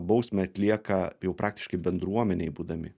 bausmę atlieka jau praktiškai bendruomenėj būdami